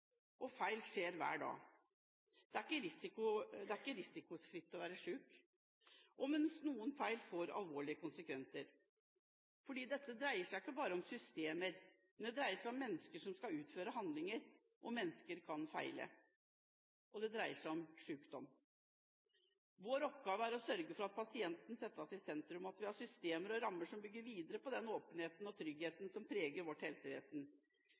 og feil skjer hver dag. Det er ikke risikofritt å være syk. Og noen feil får alvorlige konsekvenser. For dette dreier seg ikke bare om systemer, det dreier seg om mennesker som skal utføre handlinger – og mennesker kan feile – og det dreier seg om sykdom. Vår oppgave er å sørge for at pasienten settes i sentrum, og at vi har systemer og rammer som bygger videre på den åpenheten og tryggheten som preger vårt helsevesen.